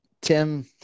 Tim